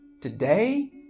Today